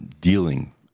dealing